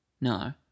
No